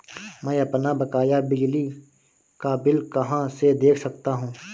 मैं अपना बकाया बिजली का बिल कहाँ से देख सकता हूँ?